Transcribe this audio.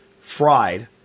fried